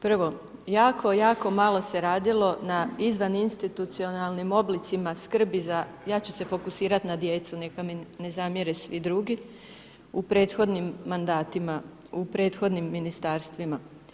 Prvo, jako, jako malo se radilo na izvan institucionalnim oblicima skrbi za, ja ću se fokusirat na djecu, neka mi ne zamjere svi drugi, u prethodnim mandatima, u prethodnim ministarstvima.